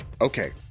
Okay